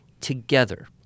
together